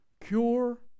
cure